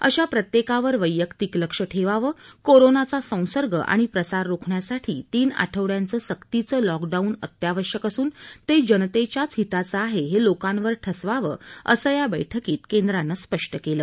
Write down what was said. अशा प्रत्येकावर वैयक्तिक लक्ष ठेवावं कोरोनाचा संसर्ग आणि प्रसार रोखण्यासाठी तीन आठवड्याचं सक्तीचं लॉक डाउन अत्यावश्यक असून ते जनतेच्याच हिताचं आहे हे लोकांवर ठसवावं असं या बैठकीत केंद्रानं स्पष्ट केलं